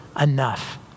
enough